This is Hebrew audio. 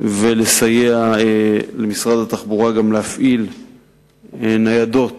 ולסייע למשרד התחבורה להפעיל ניידות